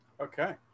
Okay